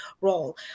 role